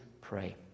pray